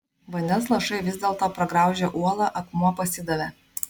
vandens lašai vis dėlto pragraužė uolą akmuo pasidavė